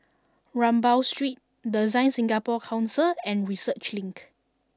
Rambau Street Design Singapore Council and Research Link